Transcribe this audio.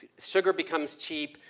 sugar becomes cheap,